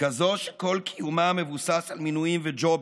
כזאת שכל קיומה מבוסס על מינויים וג'ובים.